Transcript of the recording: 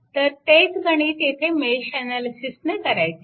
तर तेच गणित येथे मेश अनालिसिसने करायचे आहे